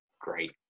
great